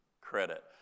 credit